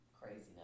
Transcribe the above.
craziness